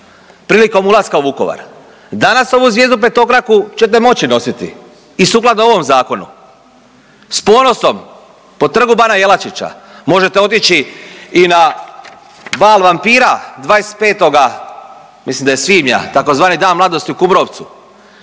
prilikom ulaska u Vukovar. Danas ovu zvijezdu petokraku ćete moći nositi i sukladno ovom zakonu s ponosom po Trgu bana Jelačića. Možete otići i na bal vampira 25. mislim da je svibnja tzv. Dan mladosti u Kumrovcu